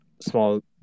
small